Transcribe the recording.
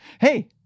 Hey